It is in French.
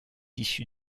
issue